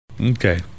Okay